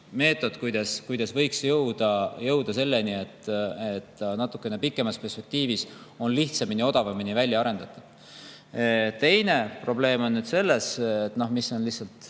kuidas võiks jõuda selleni, et natukene pikemas perspektiivis on see lihtsamini ja odavamini välja arendatav. Teine probleem on selles – see on jälle